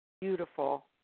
beautiful